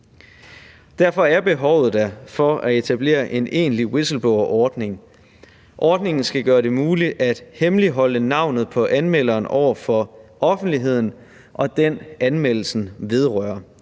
Derfor er behovet for at etablere en egentlig whistleblowerordning der. Ordningen skal gøre det muligt at hemmeligholde navne på anmelderen over for offentligheden og den, anmeldelsen vedrører.